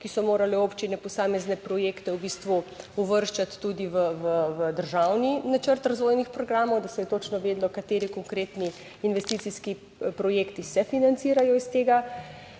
kjer so morale občine posamezne projekte v bistvu uvrščati tudi v državni načrt razvojnih programov, da se je točno vedelo, kateri konkretni investicijski projekti se financirajo iz tega